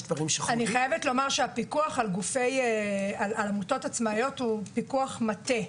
אני חייבת לומר שהפיקוח על עמותות עצמאיות הוא פיקוח מטה.